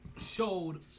showed